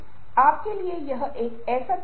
कोई खंभे का सहारा ले के खड़ा है